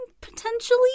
potentially